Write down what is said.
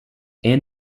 and